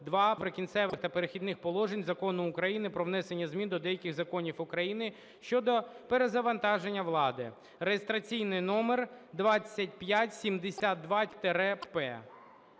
ІІ "Прикінцеві та перехідні положення" Закону України "Про внесення змін до деяких законів України щодо перезавантаження влади" (реєстраційний номер 2572-П).